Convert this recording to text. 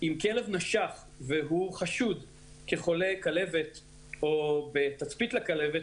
אם כלב נשך והוא חשוד כחולה כלבת או בתצפית לכלבת,